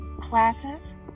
classes